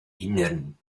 innern